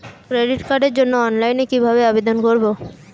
Credit কার্ডের জন্য অনলাইনে কিভাবে আবেদন করব?